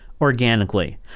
organically